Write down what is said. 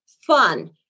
fun